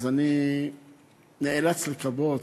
אני נאלץ לכבות,